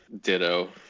Ditto